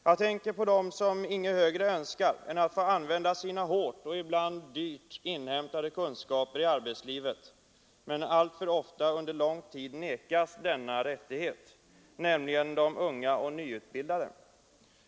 Jag tänker här på dem som inget högre önskar än att få använda sina hårt och ibland dyrt inhämtade kunskaper i arbetslivet men alltför ofta under lång tid nekas denna rättighet, nämligen de unga och nyutbildade.